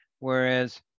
Whereas